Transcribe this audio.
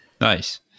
nice